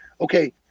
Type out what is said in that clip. okay